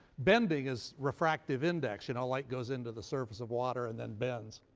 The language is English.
bending is refractive index you know, light goes into the surface of water and then bends.